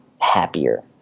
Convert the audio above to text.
happier